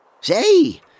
Say